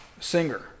singer